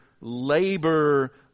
labor